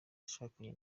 yashakanye